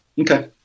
Okay